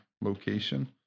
location